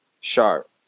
sharp